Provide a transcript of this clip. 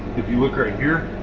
if you look right here